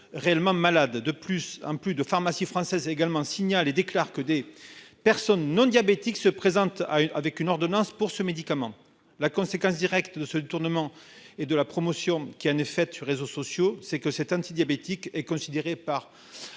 réellement malade de plus en plus de pharmacies françaises également signal et déclare que des personnes non diabétiques se présente avec une ordonnance pour ce médicament. La conséquence directe de ce détournement et de la promotion qui en effet tu réseaux sociaux c'est que cet antidiabétique est considéré par